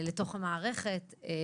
לתוך המערכת ובכלל.